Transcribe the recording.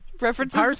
references